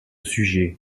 sujet